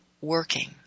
working